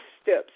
steps